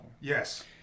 Yes